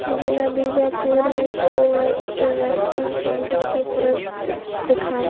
ضلع بیجاپور میں کوووویکس کے ویکسین سنٹر کی فہرست دکھائیں